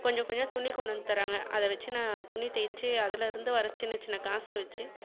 கொஞ்சம் கொஞ்சம் துணி கொண்டு வந்து தர்றாங்க அதை வச்சு நான் துணி தைச்சு அதிலருந்து வர சின்னச்சின்ன காசை வச்சு